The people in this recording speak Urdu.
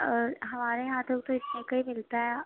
ہمارے یہاں تو وہ تو اتنے کا ہی ملتا ہے